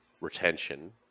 retention